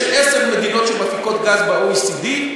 יש עשר מדינות שמפיקות גז ב-OECD,